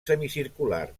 semicircular